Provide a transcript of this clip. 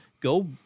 go